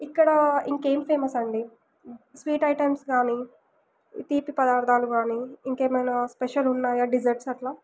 ఇక్కడ ఇంకేం ఫేమస్ అండి స్వీట్ ఐటమ్స్ కానీ తీపి పదార్థాలు కానీ ఇంకేమైనా స్పెషల్ ఉన్నాయా డిసర్ట్స్ అట్లా